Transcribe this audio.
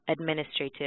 administrative